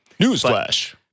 Newsflash